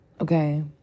okay